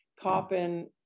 coppin